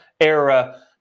era